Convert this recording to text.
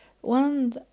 one